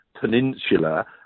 peninsula